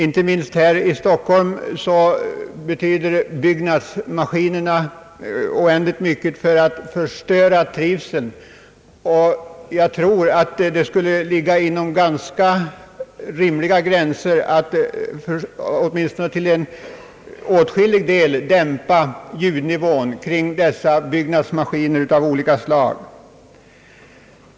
Inte minst här i Stockholm bidrar byggnadsmaskinerna mycket till att förstöra trivseln, och jag tror att det skulle vara rimligt och möjligt att till åtskillig del dämpa bullret från byggnadsmaskiner av olika slag.